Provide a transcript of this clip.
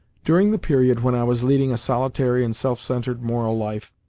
during the period when i was leading a solitary and self-centred moral life,